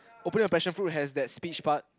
opening of passion fruit has that speech part